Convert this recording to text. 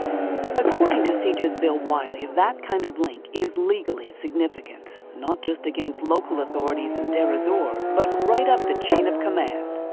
according to cija's bill wiley that kind of link is legally significant, not just against local authorities in deir ez-zor, but right up the chain of command.